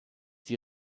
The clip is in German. die